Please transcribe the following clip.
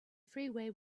freeway